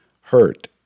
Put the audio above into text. hurt